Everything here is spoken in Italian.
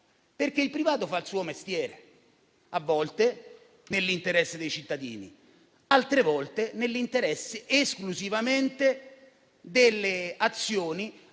Il privato fa il suo mestiere, a volte nell'interesse dei cittadini, altre volte nell'interesse esclusivamente delle azioni